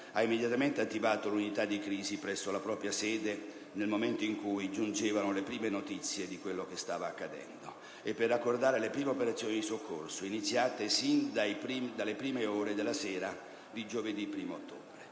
ha immediatamente attivato l'unità di crisi presso la propria sede nel momento in cui giungevano le prime notizie di quello che stava accadendo e per raccordare le prime operazioni di soccorso, iniziate sin dalle prime ore della sera di giovedì 1° ottobre.